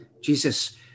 Jesus